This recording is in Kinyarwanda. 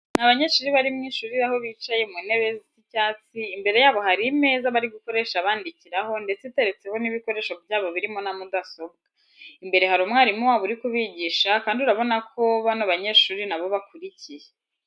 Ni abanyeshuri bari mu ishuri aho bicaye mu ntebe zisa icyatsi, imbere yabo hari imeza bari gukoresha bandikiraho ndetse iteretseho n'ibikoresho byabo birimo na mudasobwa. Imbere hari umwarimu wabo uri kubigisha kandi urabona ko bano banyeshuri na bo bakurikiye.